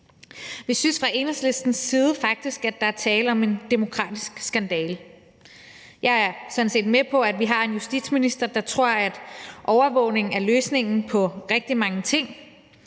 Vi synes faktisk fra Enhedslistens side, at der er tale om en demokratisk skandale. Jeg er sådan set med på, at vi har en justitsminister, der tror, at overvågning er løsningen på rigtig mange ting,